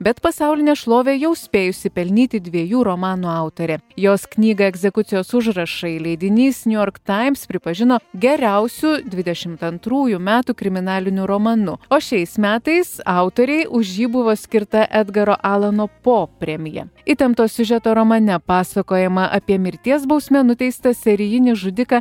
bet pasaulinę šlovę jau spėjusi pelnyti dviejų romanų autorė jos knygą egzekucijos užrašai leidinys new york times pripažino geriausiu dvidešimt antrųjų metų kriminaliniu romanu o šiais metais autorei už jį buvo skirta edgaro alano po premija įtempto siužeto romane pasakojama apie mirties bausme nuteistą serijinis žudikas